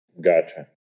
Gotcha